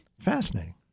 fascinating